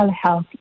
health